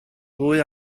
ddwy